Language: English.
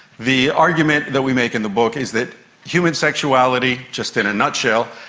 the argument that we make in the book is that human sexuality, just in a nutshell,